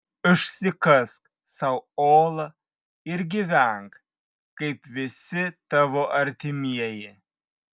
išsikask sau olą ir gyvenk kaip visi tavo artimieji